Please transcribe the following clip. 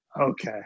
Okay